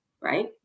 right